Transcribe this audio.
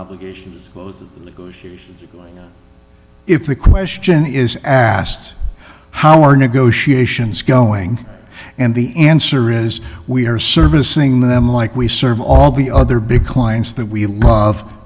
obligations if the question is asked how are negotiations going and the answer is we are servicing them like we serve all the other big clients that we love